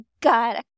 God